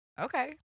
Okay